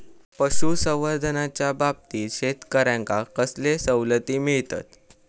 पशुसंवर्धनाच्याबाबतीत शेतकऱ्यांका कसले सवलती मिळतत?